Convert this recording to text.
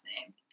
name